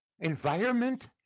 Environment